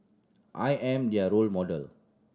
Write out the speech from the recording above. I am their role model